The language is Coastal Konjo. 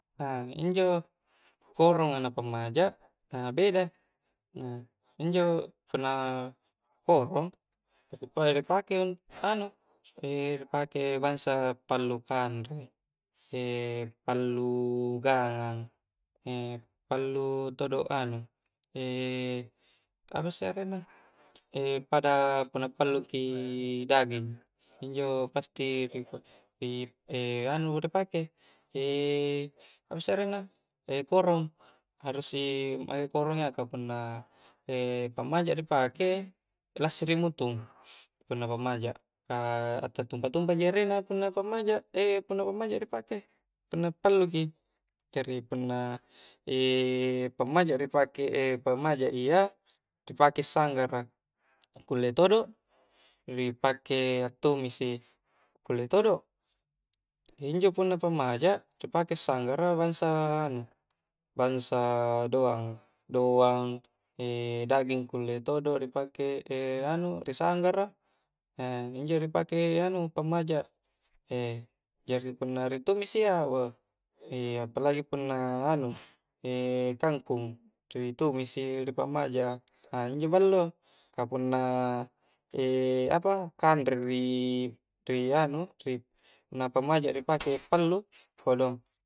injo koronga na pammaja bedai injo punna korong ripake bangsa pallu kanre pallu gangang, pallu todo anu apasse arengna pada punna pallu ki daging injo pasti ri anu ri pake apasse arenna korong, harus i korong ripake iya, ka punna pammaja ripake lassiri mutung, punna pammaja ka a tattumpai-tumpa ji erena punna pammaja punna pammaja ripake, punna palluki jari punna pammaja ri pake pammaja iya sangggara kulle todo ripake attumisi kule todo injo punna pammaja ripake sanggara bangsa anu bangsa doang, doang daging kule todo ri pake anu risanngara injo ni pake anu pammaja jari punna ritumisi iya weh apalagi punna anu kangkung ri tumuisi ripammaja injo ballo, ka punna apa kanre ri ri ri-ri anu nampa pammaja ripake pallu, kodong